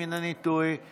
אם אינני טועה,